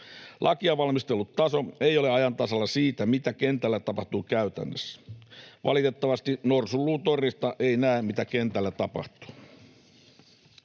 Lakia valmistellut taso ei ole ajan tasalla siitä, mitä kentällä tapahtuu käytännössä. Valitettavasti norsunluutornista ei näe, mitä kentällä tapahtuu.